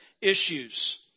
issues